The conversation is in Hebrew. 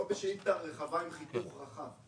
לא בשאילתה רחבה עם חיבור חכם.